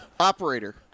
Operator